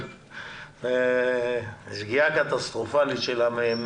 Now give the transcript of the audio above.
אבל דמי החל"ת הם שגיאה קטסטרופלית של המדינה.